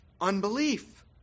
unbelief